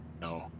no